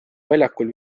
väljakul